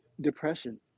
depression